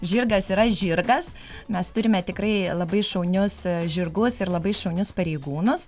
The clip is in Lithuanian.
žirgas yra žirgas mes turime tikrai labai šaunius žirgus ir labai šaunius pareigūnus